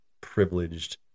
privileged